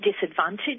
disadvantage